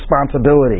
responsibility